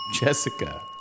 Jessica